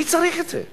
מי צריך את זה?